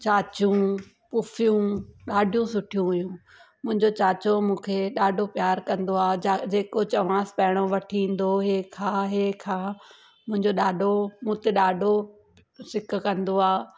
चाचियूं फुफियूं ॾाढियूं सुठियूं हुइयूं मुंहिंजो चाचो मूंखे ॾाढो प्यारु कंदो आहे जा जेको चवांसि पहिरों वठी ईंदो हीअ खा हीअ खा मुंहिंजो ॾाॾो मूं ते ॾाढो सिक कंदो आहे